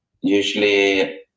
Usually